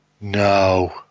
No